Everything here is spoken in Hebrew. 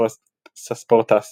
סספורטס